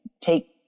take